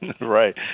right